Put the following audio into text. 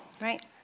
Right